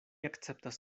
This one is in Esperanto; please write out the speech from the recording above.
akceptas